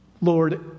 Lord